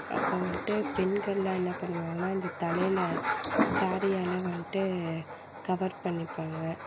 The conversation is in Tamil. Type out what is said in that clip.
அப்புறம் வந்துட்டு பெண்கள்லாம் என்ன பண்ணுவாங்கன்னா இந்த தலையில ஸாரீயால் வந்துட்டு கவர் பண்ணிப்பாங்க